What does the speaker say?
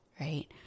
right